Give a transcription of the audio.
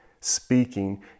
speaking